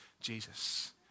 Jesus